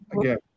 Again